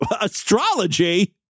astrology